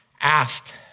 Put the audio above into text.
asked